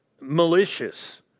malicious